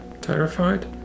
terrified